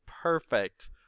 Perfect